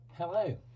Hello